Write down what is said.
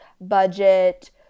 budget